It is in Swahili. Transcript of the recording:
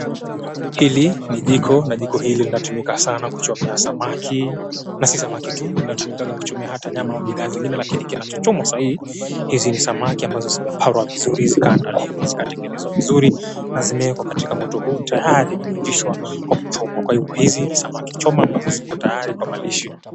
Hili ni jiko, na jiko hili linatumika sana kuchomea samaki. Na si samaki tu, linatumikanga kuchomea hata nyama bidhaa zingine lakini kinachochomwa saa hii, hizi ni samaki ambazo zimepangwa vizuri zikaandaliwa zikatengenezwa vizuri, na zimewekwa katika moto huu tayari kuivishwa kwa kuchomwa. Kwa hivyo hizi ni samaki choma ambazo ziko tayari kwa malishi.